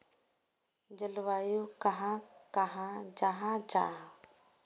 जलवायु कहाक कहाँ जाहा जाहा?